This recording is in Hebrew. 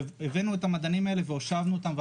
הבאנו את המדענים האלה ושאלנו אותם: